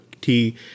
tea